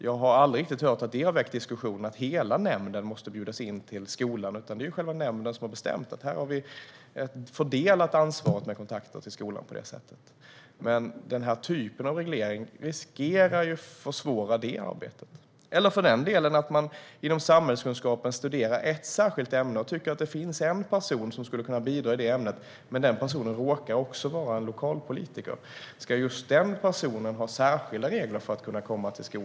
Jag har aldrig hört att det har väckt någon diskussion om att hela nämnden måste bjudas in till skolan, utan det är nämnden som har bestämt att fördela ansvaret för kontakter med skolan på det sättet. Men den här typen av reglering riskerar att försvåra det arbetet. Om man inom samhällskunskapen studerar en särskild fråga och tycker att det finns en person som skulle kunna bidra i den frågan och den personen råkar vara lokalpolitiker, ska det då finnas särskilda regler för att den personen ska kunna komma till skolan?